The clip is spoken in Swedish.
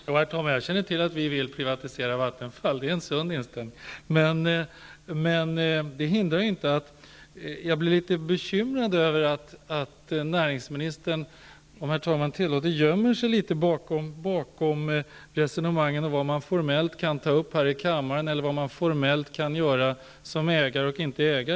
Herr talman! Jag känner till att vi vill privatisera Vattenfall. Det är en sund inställning. Men det hindrar inte att jag blir litet bekymrad över att näringsministern, om uttrycket tillåts, gömmer sig bakom resonemanget om vad man formellt kan ta upp här i kammaren eller vad man formellt kan göra som ägare.